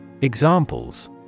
Examples